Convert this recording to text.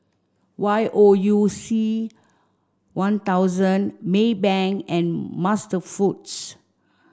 Y O U C One thousand Maybank and MasterFoods